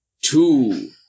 Two